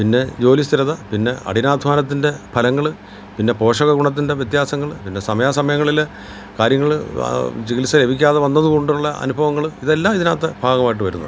പിന്നെ ജോലിസ്ഥിരത പിന്നെ കഠിനാധ്വാനത്തിൻ്റെ ഫലങ്ങൾ പിന്നെ പോഷകഗുണത്തിൻ്റെ വ്യത്യാസങ്ങൾ പിന്നെ സമയാസമയങ്ങളിലെ കാര്യങ്ങൾ ആ ചികിത്സ ലഭിക്കാതെ വന്നതുകൊണ്ടുള്ള അനുഭവങ്ങൾ ഇതെല്ലാം ഇതിനകത്ത് ഭാഗമായിട്ട് വരുന്നുണ്ട്